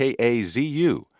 KAZU